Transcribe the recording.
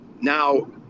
Now